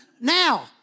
Now